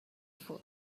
foot